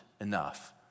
enough